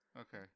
Okay